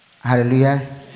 Hallelujah